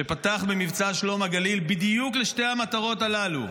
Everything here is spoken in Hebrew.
שפתח במבצע שלום הגליל בדיוק לשתי המטרות הללו: